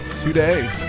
today